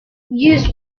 use